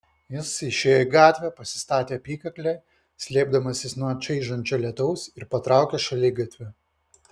jis išėjo į gatvę pasistatė apykaklę slėpdamasis nuo čaižančio lietaus ir patraukė šaligatviu